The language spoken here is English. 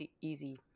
easy